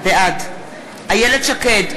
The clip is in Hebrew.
בעד איילת שקד,